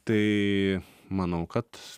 tai manau kad